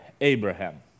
Abraham